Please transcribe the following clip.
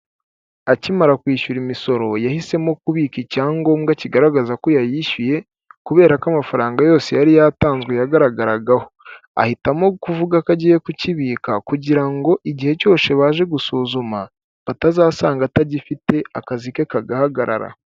Akimara kwishyura imisoro yahisemo kubika icyangombwa kigaragaza ko yayishyuye ,kubera ko amafaranga yose yari yatanzwe yagaragaragaho. Ahitamo kuvuga ko agiye kukibika kugira ngo igihe cyose baje gusuzuma batazasanga atagifite akazi ke kagahagarara.